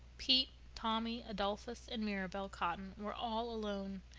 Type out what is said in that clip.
pete, tommy, adolphus, and mirabel cotton were all alone.